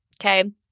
Okay